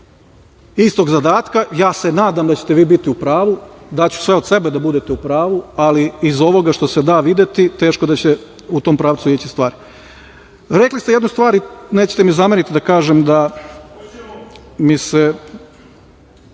istog zadatka. Nadam se da ćete vi biti u pravu, daću sve od sebe da budete u pravu, ali iz ovoga što se da videti, teško da će u tom pravcu ići stvari. Rekli ste jednu stvar i nećete mi zameriti da kažem….(Aleksandar